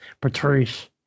Patrice